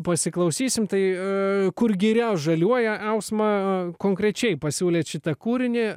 pasiklausysime tai kur giria žaliuoja ausma konkrečiai pasiūlėte šitą kūrinį